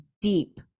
deep